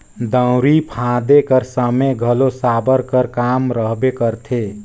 दउंरी फादे कर समे घलो साबर कर काम रहबे करथे